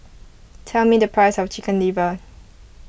tell me the price of Chicken Liver